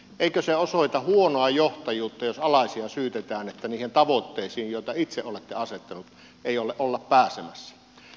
eikö se osoita huonoa johtajuutta jos alaisia syytetään siitä että niihin tavoitteisiin joita itse olette asettanut ei olla pääsemässä